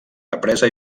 represa